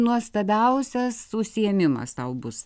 nuostabiausias užsiėmimas tau bus